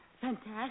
fantastic